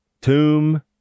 tomb